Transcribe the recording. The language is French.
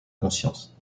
conscience